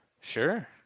Sure